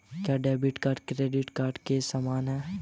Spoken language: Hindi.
क्या डेबिट कार्ड क्रेडिट कार्ड के समान है?